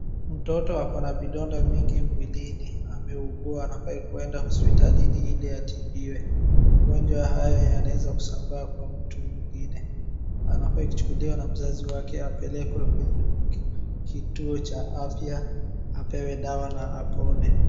Mtoto ako na vidonda mingi mwilini, ameugua anafaa kwenda hospitalini ili atibiwe. Mgonjwa haya yanaweza kusambaa kwa mtu mwingine. Anafai kuchukuliwa na mzazi wake apelekwe kwenye kituo cha afya apewe dawa na apone.